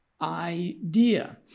idea